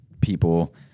people